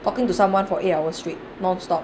talking to someone for eight hours straight nonstop